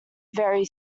very